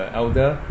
elder